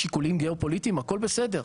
שיקולים גיאופוליטיים, הכל בסדר.